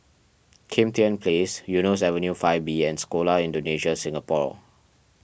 Kim Tian Place Eunos Avenue five B and Sekolah Indonesia Singapore